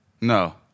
No